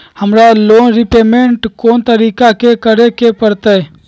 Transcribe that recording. हमरा loan repayment कोन तारीख के करे के परतई?